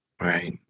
Right